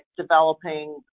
developing